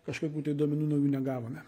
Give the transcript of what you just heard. kažkokių tai duomenų naujų negavome